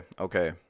okay